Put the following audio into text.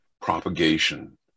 propagation